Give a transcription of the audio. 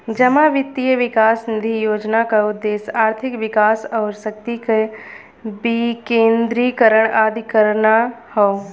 जमा वित्त विकास निधि योजना क उद्देश्य आर्थिक विकास आउर शक्ति क विकेन्द्रीकरण आदि करना हौ